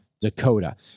Dakota